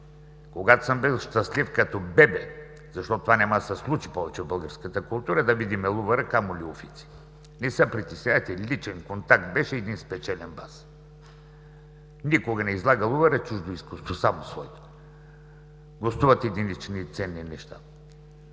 когато съм бил щастлив като бебе, защото това няма да се случи повече в българската култура – да видим Лувъра, камо ли Уфици. Не се притеснявайте, личен контакт беше, един спечелен бас. Никога не излага Лувъра чуждо изкуство, само свойто, гостуват единични ценни неща.